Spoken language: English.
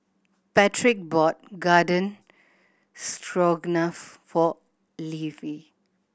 Patrick bought Garden Stroganoff for Ivie